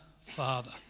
Father